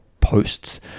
posts